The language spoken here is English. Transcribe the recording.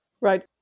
Right